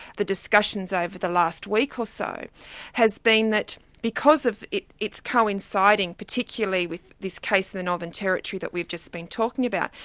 the discussion so over the last week or so has been that because of its coinciding particularly with this case in the northern territory that we've just been talking about,